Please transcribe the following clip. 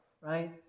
right